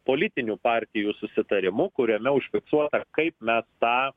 politinių partijų susitarimu kuriame užfiksuota kaip mes tą